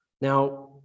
Now